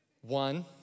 One